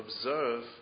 observe